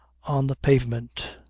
on the pavement